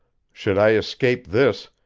should i escape this,